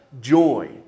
joy